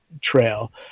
trail